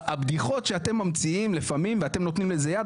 הבדיחות שאתם ממציאים לפעמים ואתם נותנים לזה יד,